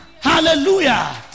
Hallelujah